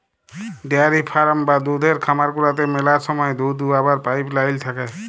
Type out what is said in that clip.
dairy farm বা দুহুদের খামার গুলাতে ম্যালা সময় দুহুদ দুয়াবার পাইপ লাইল থ্যাকে